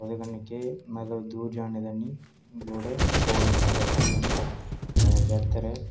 मतलब ओह्दे कन्नै केह् मतलब दूर जाने दी लोड़ निं कोल साढ़ा कम्म बनी जा ते बेहतर ऐ